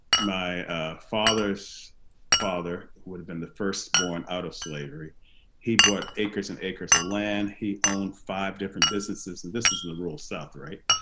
my father's father would have been the first born out of slavery he bought acres and acres of land, he owned five different businesses and this is the rural south right?